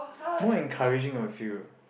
more encouraging of you